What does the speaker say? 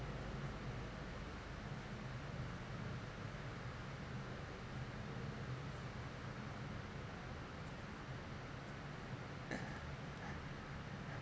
uh